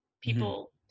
People